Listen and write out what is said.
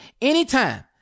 anytime